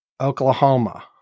Oklahoma